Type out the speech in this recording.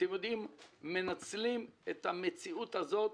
מנצלים את המציאות הזאת